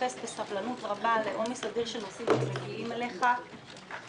ומתייחס בסבלנות רבה לעומס אדיר של נושאים שמגיעים אליך ומנצל